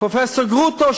פרופסור גרוטו,